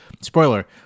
spoiler